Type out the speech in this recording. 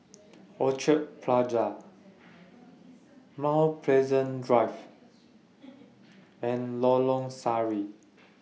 Orchard Plaza Mount Pleasant Drive and Lorong Sari